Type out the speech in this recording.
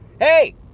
Hey